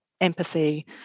empathy